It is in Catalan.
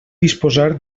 disposar